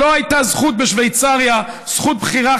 לא הייתה בשוויצריה זכות בחירה,